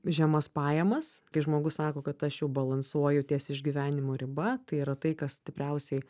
žemas pajamas kai žmogus sako kad aš jau balansuoju ties išgyvenimo riba tai yra tai kas stipriausiai